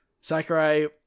Sakurai